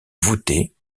voûtée